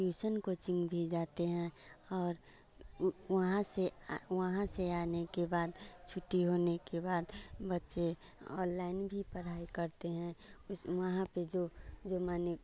tuition coaching भी जाते हैं और वहाँ से वहाँ से आने के बाद छूटी होने के बाद बच्चे ऑनलाइन भी पढ़ाई करते हैं उस वहाँ पर जो जो माने